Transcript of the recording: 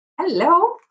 Hello